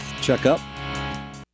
checkup